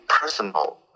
personal